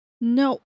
No